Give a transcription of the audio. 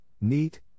neat